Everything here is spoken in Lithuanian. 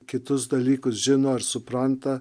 kitus dalykus žino ar supranta